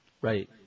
Right